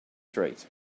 straight